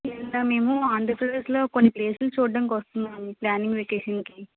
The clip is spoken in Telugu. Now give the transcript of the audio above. మేము ఆంధ్రప్రదేశ్లో కొన్ని ప్లేస్లు చూడడానికి వస్తున్నాము ఫ్యామిలీ వెకేషన్కి